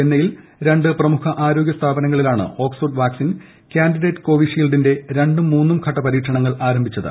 ചെന്നൈയിൽ രണ്ട് പ്രമുഖ ആരോഗൃ സ്ഥാപനങ്ങളിലുണ് ഓക്സ്ഫോർഡ് വാക്സിൻ കാൻഡിഡേറ്റ് കോവിഷീൽഡിന്റെ രണ്ടും മൂന്നും ഘട്ട പരീക്ഷണങ്ങൾ ആരംഭിച്ചത്